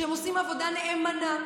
שהם עושים עבודה נאמנה,